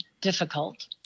difficult